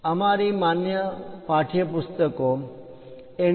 અમારી માનક પાઠયપુસ્તકો એ એન